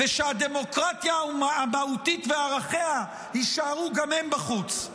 ושהדמוקרטיה המהותית וערכיה יישארו גם הם בחוץ.